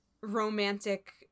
romantic